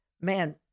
man